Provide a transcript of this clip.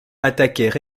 attaquaient